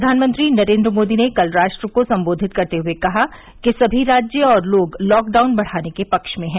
प्रधानमंत्री नरेन्द्र मोदी ने कल राष्ट्र को संबोधित करते हुए कहा कि सभी राज्य और लोग लॉकडाउन बढ़ाने के पक्ष में हैं